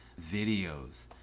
videos